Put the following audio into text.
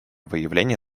выявление